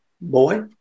boy